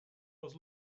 was